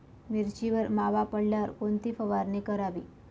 मिरचीवर मावा पडल्यावर कोणती फवारणी करावी?